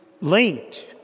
linked